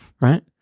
right